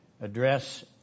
address